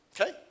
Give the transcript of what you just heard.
Okay